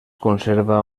conserva